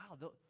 wow